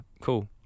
cool